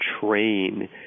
train